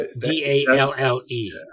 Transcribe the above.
D-A-L-L-E